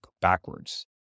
backwards